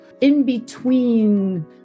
in-between